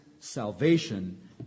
salvation